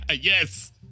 yes